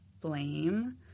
blame